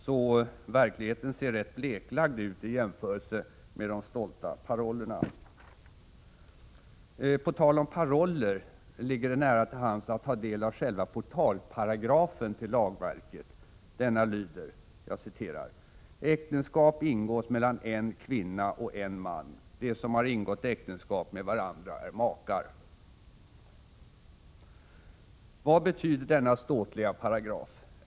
Så verkligheten ser rätt bleklagd ut i jämförelse med de stolta parollerna. På tal om paroller ligger det nära till hands att ta del av själva portalparagrafen till lagverket. Denna lyder: ”Äktenskap ingås mellan en kvinna och en man. De som har ingått äktenskap med varandra är makar.” Vad betyder denna ståtliga paragraf?